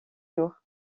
jours